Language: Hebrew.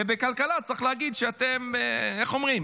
ובכלכלה צריך להגיד שאתם, איך אומרים?